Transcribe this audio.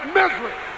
misery